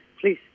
please